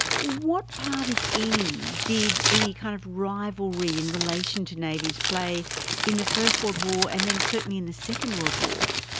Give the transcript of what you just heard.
what part, if any, did any kind of rivalry in relation to navies play in the first world war and then certainly in the second world war?